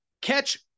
Catch